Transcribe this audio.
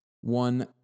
One